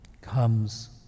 comes